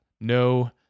No